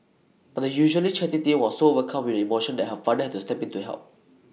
but the usually chatty teen was so overcome with emotion that her father had to step in to help